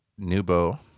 Nubo